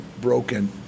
broken